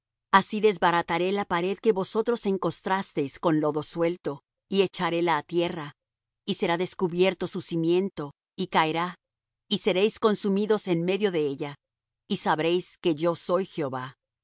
así desbarataré la pared que vosotros encostrasteis con lodo suelto y echaréla á tierra y será descubierto su cimiento y caerá y seréis consumidos en medio de ella y sabréis que yo soy jehová